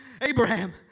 Abraham